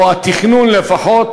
או את התכנון לפחות,